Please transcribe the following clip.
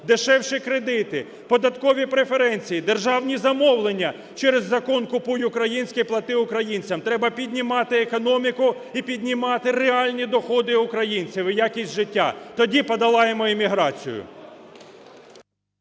дешевші кредити, податкові преференції, державні замовлення через Закон "Купуй українське, плати українцям". Треба піднімати економіку і піднімати реальні доходи українців і якість життя, тоді подолаємо імміграцію.